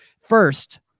first